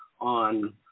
on